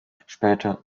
später